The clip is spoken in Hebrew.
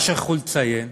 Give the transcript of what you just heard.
מה שכחו לציין?